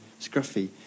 scruffy